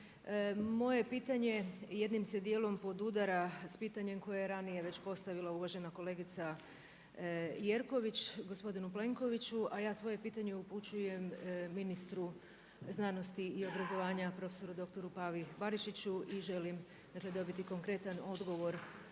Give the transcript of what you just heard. Moje pitanje jednim se dijelom podudara sa pitanjem koje je ranije već postavila uvažena kolegica Jerković gospodinu Plenkoviću a ja svoje pitanje upućujem ministru znanosti i obrazovanja prof.dr. Pavi Barišiću i želim dakle dobiti konkretan odgovor